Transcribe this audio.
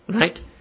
right